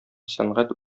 сәнгать